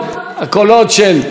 של מיכל רוזין,